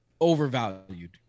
overvalued